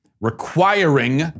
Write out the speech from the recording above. requiring